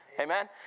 Amen